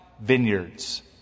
vineyards